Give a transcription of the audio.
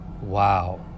wow